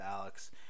Alex